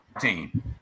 team